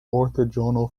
orthogonal